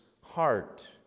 heart